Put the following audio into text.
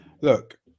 Look